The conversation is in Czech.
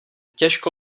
těžko